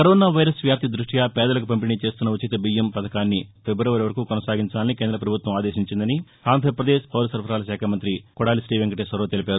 corona virus వ్యాప్తి దృష్ట్యి పేదలకు పంపిణీ చేస్తున్న ఉచిత బీయ్యం పథకాన్ని ఫిఁబవరి వరకు కొనసాగించాలని కేంద్ర పభుత్వం ఆదేశించిందని ఆంధ్రప్రదేశ్ పౌర సరఫరాల శాఖ మంతి కొడాలి శ్రీవెంకటేశ్వరరావు తెలిపారు